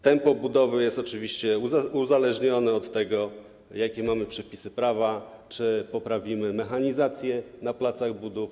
Tempo budowy jest oczywiście uzależnione od tego, jakie mamy przepisy prawa, czy poprawimy mechanizację na placach budów.